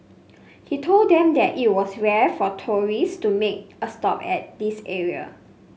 he told them that it was rare for tourist to make a stop at this area